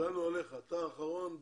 הגענו אליך, אתה אחרון בתור.